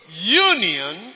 union